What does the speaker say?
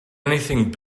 anything